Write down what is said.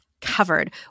covered